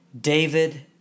David